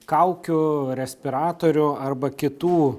kaukių respiratorių arba kitų